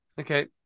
Okay